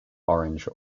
orange